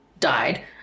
died